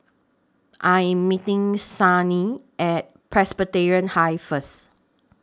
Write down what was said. I Am meeting Signe At Presbyterian High First